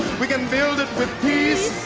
we can build it with peace,